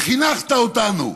וחינכת אותנו,